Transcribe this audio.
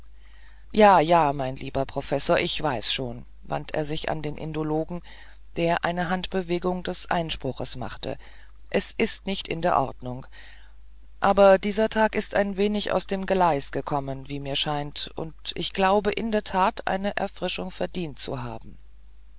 ja ja mein lieber professor ich weiß schon wandte er sich an den indologen der eine handbewegung des einspruches machte es ist nicht in der ordnung aber dieser tag ist ein wenig aus dem geleise gekommen wie mir scheint und ich glaube in der tat eine erfrischung verdient zu haben